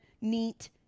Neat